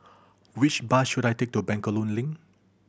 which bus should I take to Bencoolen Link